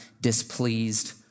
displeased